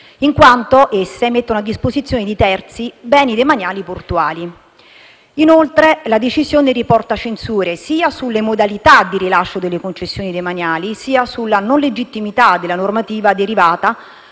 in quanto esse mettono a disposizione di terzi beni demaniali portuali. Inoltre, la decisione riporta censure sia sulle modalità di rilascio delle concessioni demaniali, sia sulla non legittimità della normativa derivata